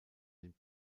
den